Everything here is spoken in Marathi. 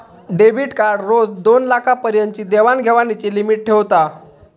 डेबीट कार्ड रोज दोनलाखा पर्यंतची देवाण घेवाणीची लिमिट ठेवता